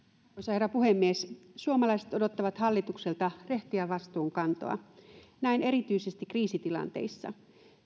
herra puhemies suomalaiset odottavat hallitukselta rehtiä vastuunkantoa näin erityisesti kriisitilanteissa